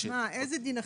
איזה דין אחר?